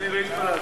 אדוני היושב-ראש,